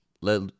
let